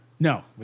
No